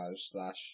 slash